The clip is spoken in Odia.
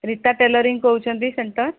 ରିତା ଟେଲରିଂ କହୁଛନ୍ତି ସେଣ୍ଟର